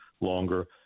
longer